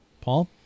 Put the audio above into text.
Paul